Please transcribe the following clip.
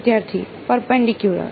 વિદ્યાર્થી પરપેન્ડિકયુલર